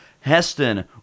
Heston